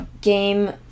game